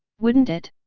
wouldn't it?